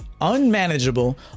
unmanageable